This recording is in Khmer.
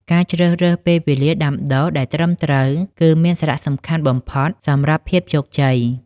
ការជ្រើសរើសពេលវេលាដាំដុះដែលត្រឹមត្រូវ គឺមានសារៈសំខាន់បំផុតសម្រាប់ភាពជោគជ័យ។